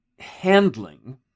handling